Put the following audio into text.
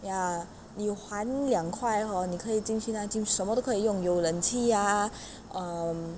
ya you 换两块 hor 你可以进去那就什么都可以用有冷气 um